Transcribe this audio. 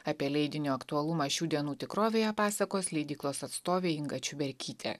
apie leidinio aktualumą šių dienų tikrovėje pasakos leidyklos atstovė inga čiuberkytė